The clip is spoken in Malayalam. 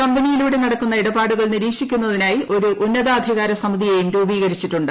കമ്പനിയിലൂടെ നടക്കുന്ന ഇടപാടുകൾ നീരിക്ഷിക്കുന്നതിനായി ഒരു ഉന്നതാധികാര സമിതിയേയും രൂപീകരിച്ചിട്ടുണ്ട്